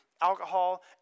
alcohol